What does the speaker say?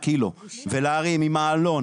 יותר מ-100 קילו, ולהרים עם מעלון.